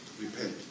Repent